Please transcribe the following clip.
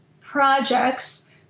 projects